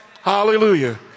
Hallelujah